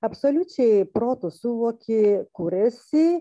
absoliučiai protu suvoki kur esi